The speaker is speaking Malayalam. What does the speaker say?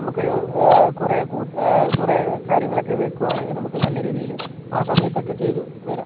നമുക്കൊരു കുറേ കുറേ കാര്യങ്ങളൊക്കെ വെക്കുകയാണെങ്കിൽ നമ്മൾക്ക് നല്ല രീതിയില് ആ സമയത്തൊക്കെ ചെയ്ത് വരാം